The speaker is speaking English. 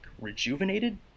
rejuvenated